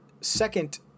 second